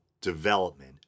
development